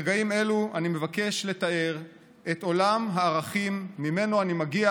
ברגעים אלו אני מבקש לתאר את עולם הערכים שממנו אני מגיע